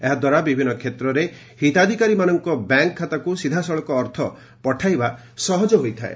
ଏହାଦ୍ୱାରା ବିଭିନ୍ନ କ୍ଷେତ୍ରରେ ହିତାଧିକାରୀମାନଙ୍କ ବ୍ୟାଙ୍କ ଖାତାକୁ ସିଧାସଳଖ ଅର୍ଥ ପଠାଇବା ସହଜ ହୋଇଥାଏ